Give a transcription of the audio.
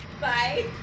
Bye